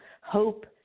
hope